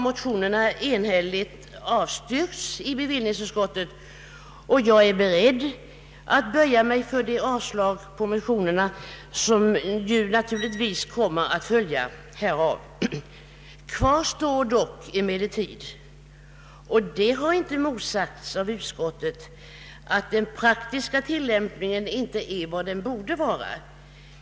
Motionerna har enhälligt avstyrkts i bevillningsutskottet, och jag är beredd att böja mig för det avslag på motionerna som då naturligtvis kommer att följa här i kammaren. Kvar står emellertid — och det har inte motsagts av utskottet — att den praktiska tillämpningen inte är vad den borde vara.